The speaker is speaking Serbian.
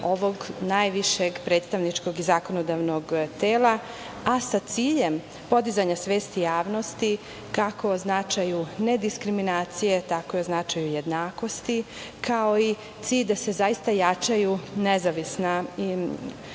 ovog najvišeg predstavničkog i zakonodavnog tela, a sa ciljem podizanja svesti javnosti kako o značaju nediskriminacije, tako i o značaju jednakosti, kao i cilj da se zaista jačaju nezavisne